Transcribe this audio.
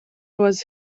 was